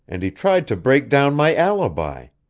and he tried to break down my alibi.